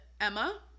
Emma